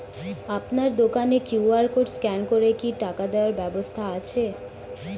আপনার দোকানে QR code scan করে কি টাকা দেওয়ার ব্যবস্থা আছে?